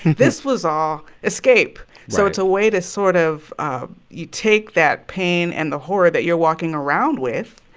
this was all escape right so it's a way to sort of ah you take that pain and the horror that you're walking around with,